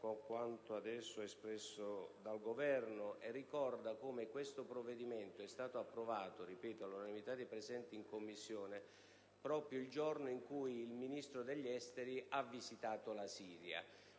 con il parere espresso dal Governo, e ricorda che questo provvedimento è stato approvato all'unanimità dei presenti in Commissione proprio il giorno in cui il Ministro degli affari esteri ha visitato la Siria